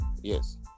Yes